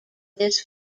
this